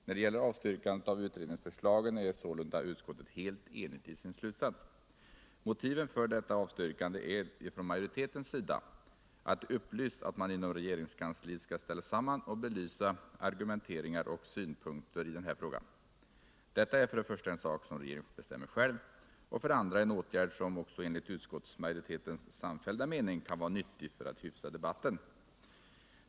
När det gäller avstyrkandet av utredningsförslagen är sålunda utskottet helt enigt i sin slutsats. Motiven för detta avstyrkande är från majoritetens sida att det upplysts att man inom regeringskanslict skall ställa samman och belysa argumenteringar och synpunkter i den här frågan. Detta är för det första en sak som regeringen bestämmer själv och för det andra en åtgärd som också enligt utskottsmajoritetens samfällda mening kan vara nyttig för att hyfsa debatten.